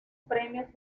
premios